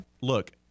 Look